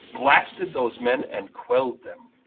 blasted those men and quelled them,